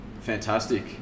fantastic